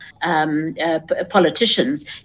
politicians